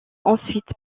ensuite